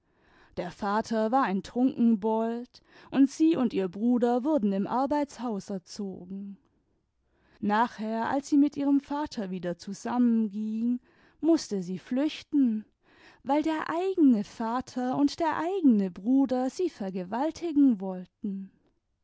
der vater war ein trunkenbold und sie und ihr bruder wurden im arbeitshaus erzogen nachher als sie mit ihrem vater wieder zusammenging mußte sie flüchten weil der eigene vater und der eigene bruder sie vergewaltigen wollten